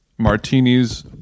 martinis